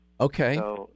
Okay